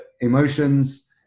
emotions